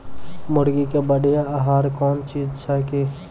मुर्गी के बढ़िया आहार कौन चीज छै के?